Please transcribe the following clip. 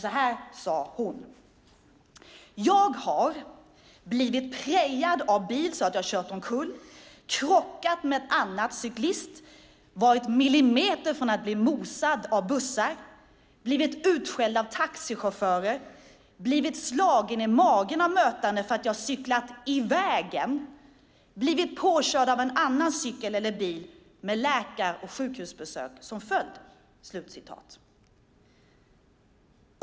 Så här sade hon: Jag har blivit prejad av bil så att jag kört omkull, krockat med en annan cyklist, varit millimeter från att bli mosad av bussar, blivit utskälld av taxichaufförer, blivit slagen i magen av mötande för att jag cyklat i vägen, blivit påkörd av en annan cykel eller bil med läkar och sjukhusbesök som följd.